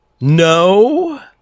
no